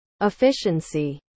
efficiency